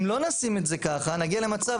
אם לא נשים את זה ככה נגיע למצב,